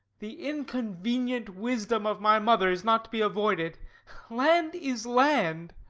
the inconvenient wisdom of my mother is not to be avoided land is land.